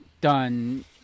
done